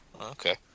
okay